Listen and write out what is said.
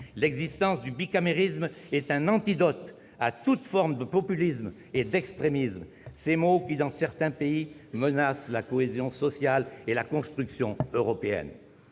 l'existence du bicamérisme est un antidote à toute forme de populisme et d'extrémisme, ces maux qui, dans certains pays, menacent la cohésion sociale et la construction européenne.